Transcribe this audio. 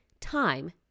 time